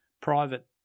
private